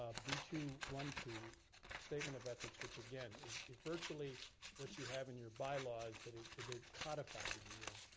ah b two one two statement of ethics, which again, is is virtually what you have in your bylaws but they're codified, if you will,